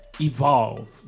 evolve